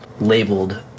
labeled